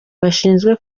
bashinzwe